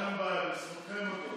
אין בעיה, בזכותכם הכול.